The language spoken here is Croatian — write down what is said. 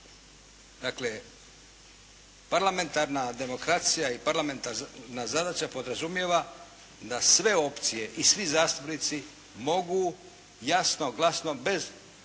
Dakle, parlamentarna demokracija i parlamentarna zadaća podrazumijeva da sve opcije i svi zastupnici mogu jasno, glasno bez